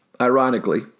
ironically